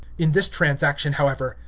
in this transaction, however,